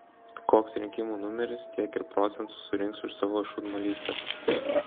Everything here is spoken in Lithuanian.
koks rinkimų numeris tiek ir procentų surinks už savo šūdmalystes